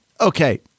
okay